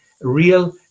real